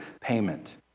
payment